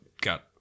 got